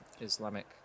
Islamic